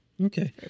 Okay